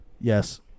Yes